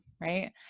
right